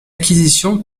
acquisition